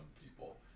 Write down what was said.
people